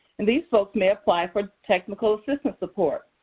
and these folks may apply for technical assistance support.